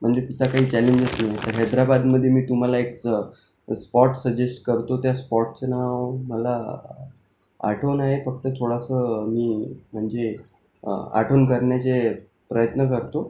म्हणजे तिचा काही चॅलेंजच नाही आहे तर हैद्राबादमधे मी तुम्हाला एक स स्पॉट सजेस्ट करतो त्या स्पॉटचं नाव मला आठवण आहे फक्त थोडंसं मी म्हणजे आठवण करण्याचे प्रयत्न करतो